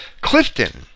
Clifton